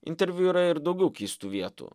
interviu yra ir daugiau keistų vietų